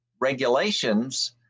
regulations